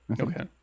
okay